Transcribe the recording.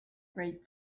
great